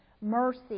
mercy